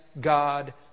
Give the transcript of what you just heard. God